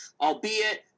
Albeit